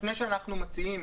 לפני שאנחנו מציעים,